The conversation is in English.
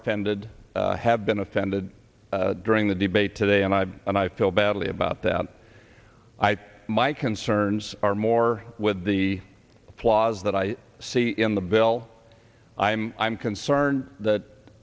offended have been offended during the debate today and i and i feel badly about that i have my concerns are more the flaws that i see in the bill i'm i'm concerned that